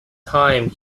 time